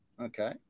Okay